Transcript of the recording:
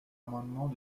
amendement